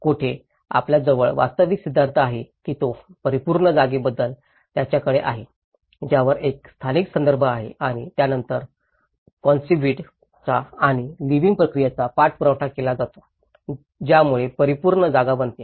कोठे आपल्याजवळ वास्तविक सिद्धांत आहे की तो परिपूर्ण जागेबद्दल ज्याच्याकडे आहे ज्यावर एक स्थानिक संदर्भ आहे आणि त्यानंतर कॉन्सिव्हड चा आणि लिविंग प्रक्रियेचा पाठपुरावा केला जातो ज्यामुळे परिपूर्ण जागा बनते